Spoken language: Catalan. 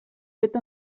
fet